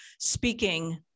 speaking